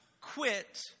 quit